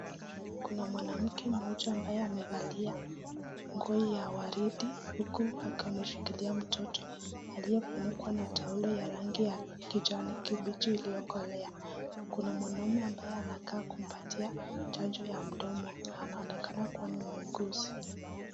Kuna mwanamke moja ambaye amevalia nguo ya waridi huko akiwa ameshikilia mtoto , aliyefunikwa na taulo ya rangi ya kijani kibichi iliyokolea. Kuna mwanaume ambaye anakaa kumpatia chanjo ya mdomo. Anaonekana kuwa ni muuguzi .